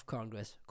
Congress